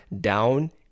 down